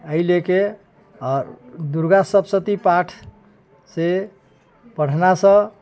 अइ लए कऽ आओर दुर्गा सप्तशती पाठसँ पढ़लासँ